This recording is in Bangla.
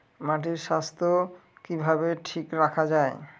মাটির স্বাস্থ্য কিভাবে ঠিক রাখা যায়?